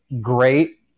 great